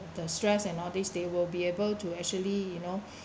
the stress and all these they will be able to actually you know